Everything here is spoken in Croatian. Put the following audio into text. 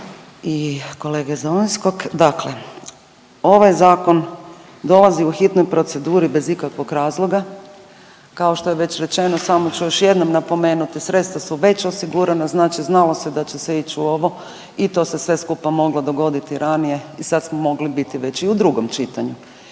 i kolege iz Domovinskog. Dakle, ovaj zakon dolazi u hitnoj proceduri bez ikakvog razloga, kao što je već rečeno samo ću još jednom napomenuti, sredstva su već osigurana, znači znalo se da će se ić u ovo i to se sve skupa moglo dogoditi ranije i sad smo mogli biti već i u drugom čitanju,